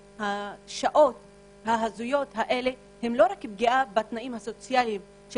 השעות ההזויות אינן רק פגיעה בתנאים הסוציאליים של